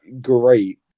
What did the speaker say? great